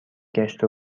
گشت